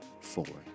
forward